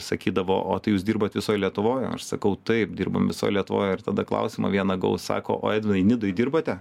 sakydavo o tai jūs dirbat visoj lietuvoj aš sakau taip dirbam visoj lietuvoj ir tada klausimą vieną gavau sako o edvoj nidoj dirbate